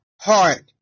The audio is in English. heart